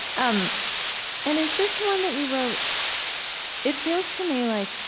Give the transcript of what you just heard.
um and is this one that you wrote it feels to me, like,